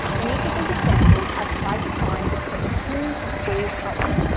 in each of these examples, i've tried to find between two to four colors.